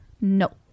no